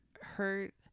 hurt